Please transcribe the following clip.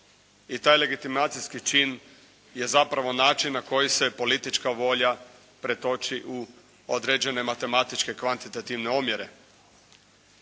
i taj legitimacijski čin je zapravo način na koji se politička volja pretoči u određene matematičke kvantitativne omjere.